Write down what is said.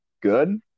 good